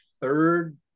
third